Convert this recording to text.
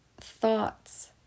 thoughts